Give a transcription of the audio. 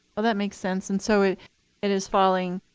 well, that makes sense. and so it it is falling,